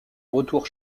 retour